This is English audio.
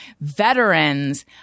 veterans